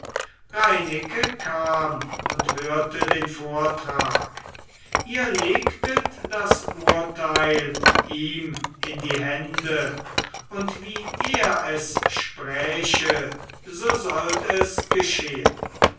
reineke kam und hörte den vortrag ihr legtet das urteil ihm in die hände und wie er es spräche so sollt es geschehen